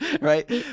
right